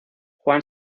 juan